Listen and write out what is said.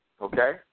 okay